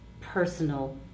personal